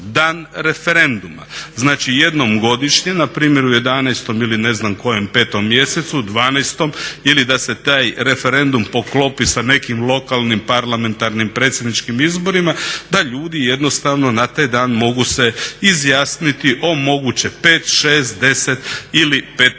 dan referenduma. Znači jednom godišnje, npr. u 11. ili 5. mjesecu, 12. ili da se taj referendum poklopi sa nekim lokalnim, parlamentarnim, predsjedničkim izborima, da ljudi jednostavno na taj dan mogu se izjasniti o moguće 5, 6, 10 ii 15